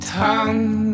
tongue